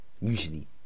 Usually